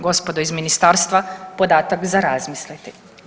Gospodo iz ministarstva, podatak za razmisliti.